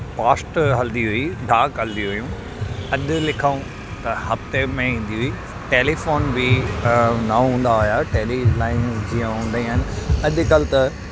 post हल्दी हुई डाक हल्दी हुयूं अॼु लिखूं त हफ़्ते में ईंदी हुई टेलीफ़ोन बि त न हूंदा हुआ टेलीलाइन जीअं हूंदी आहिनि अॼुकल्ह त